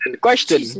Question